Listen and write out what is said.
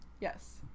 yes